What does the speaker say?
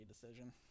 decision